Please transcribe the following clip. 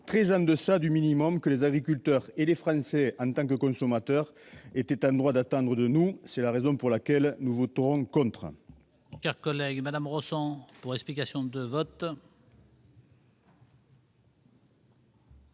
très en deçà du minimum que les agriculteurs et les Français, en tant que consommateurs, étaient en droit d'attendre de nous. C'est la raison pour laquelle nous voterons contre